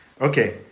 okay